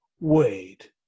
wait